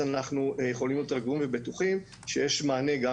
אנחנו יכולים להיות רגועים ובטוחים שיש מענה גם